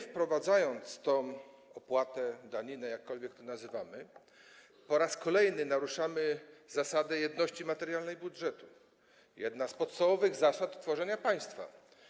Wprowadzając tę opłatę, daninę, jakkolwiek to nazywamy, po raz kolejny naruszamy zasadę jedności materialnej budżetu, jedną z podstawowych zasad tworzenia państwa.